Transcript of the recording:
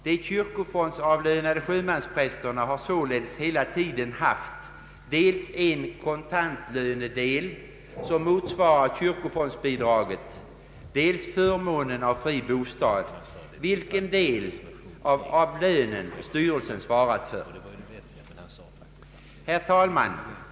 De kyrkofondsavlönade sjömansprästerna har således hela tiden haft dels en kontantlönedel som motsvarar kyrkofondsbidraget, dels förmånen av fri bostad. Denna senare del av lönen har styrelsen svarat för. Herr talman!